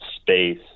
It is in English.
space